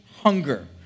hunger